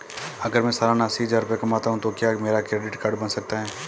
अगर मैं सालाना अस्सी हज़ार रुपये कमाता हूं तो क्या मेरा क्रेडिट कार्ड बन सकता है?